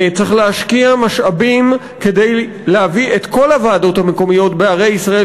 צריך להשקיע משאבים כדי להביא את כל הוועדות המקומיות בערי ישראל